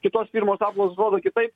kitos firmos apklausos rodo kitaip